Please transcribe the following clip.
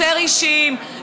יותר אישיים,